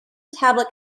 tablet